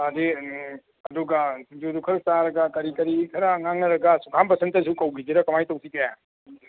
ꯍꯥꯏꯗꯤ ꯑꯗꯨꯒ ꯁꯤꯡꯖꯨꯗꯨ ꯈꯔ ꯆꯥꯔꯒ ꯀꯔꯤ ꯀꯔꯤ ꯈꯔ ꯉꯥꯡꯅꯔꯒ ꯁꯨꯈꯥꯝ ꯕꯁꯟꯇꯁꯨ ꯀꯧꯈꯤꯁꯤꯔꯥ ꯀꯃꯥꯏ ꯇꯧꯁꯤꯒꯦ